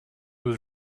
was